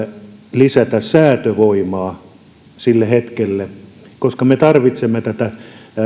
lisätä säätövoimaa sille hetkelle koska me tarvitsemme tätä